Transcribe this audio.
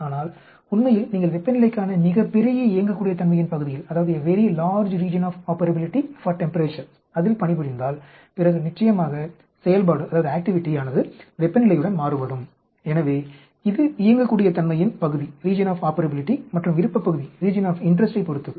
ஆனால் உண்மையில் நீங்கள் வெப்பநிலைக்கான மிகப் பெரிய இயங்கக்கூடிய தன்மையின் பகுதியில் பணிபுரிந்தால் பிறகு நிச்சயமாக செயல்பாடு வெப்பநிலையுடன் மாறுபடும் எனவே இது இயங்கக்கூடிய தன்மையின் பகுதி மற்றும் விருப்ப பகுதியைப் பொறுத்தது